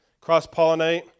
cross-pollinate